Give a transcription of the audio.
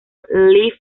live